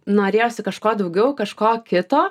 norėjosi kažko daugiau kažko kito